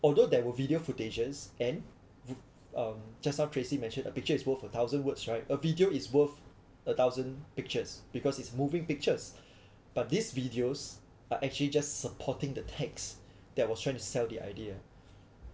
although there were video footages and um just now tracy mentioned a picture is worth a thousand words right a video is worth a thousand pictures because it's moving pictures but these videos are actually just supporting the text that was trying to sell the idea